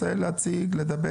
אדוני,